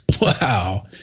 Wow